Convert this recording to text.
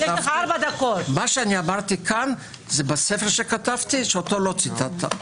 מה שאמרתי כאן זה בספר שכתבתי שאותו לא ציטטת.